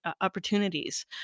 opportunities